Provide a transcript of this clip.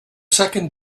second